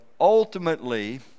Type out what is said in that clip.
ultimately